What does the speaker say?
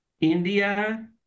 india